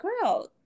girl